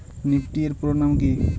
Nifty এর পুরোনাম কী?